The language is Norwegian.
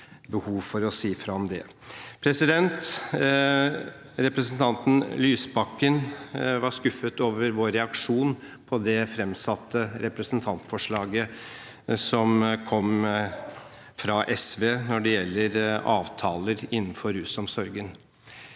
Representanten Lysbakken var skuffet over vår reaksjon på det fremsatte representantforslaget fra SV når det gjelder avtaler innenfor rusomsorgen.